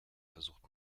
versucht